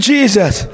Jesus